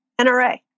NRA